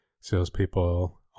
salespeople